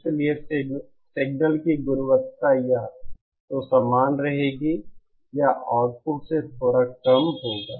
इसलिए सिग्नल की गुणवत्ता या तो समान रहेगी या आउटपुट से थोड़ा कम होगा